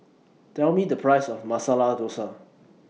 Tell Me The Price of Masala Dosa